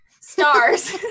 stars